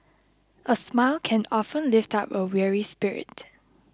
a smile can often lift up a weary spirit